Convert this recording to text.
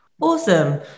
Awesome